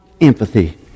empathy